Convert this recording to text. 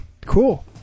Cool